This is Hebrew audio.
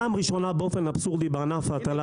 בפעם הראשונה בענף ההטלה,